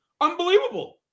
Unbelievable